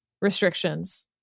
restrictions